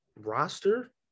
roster –